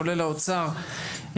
כולל האוצר,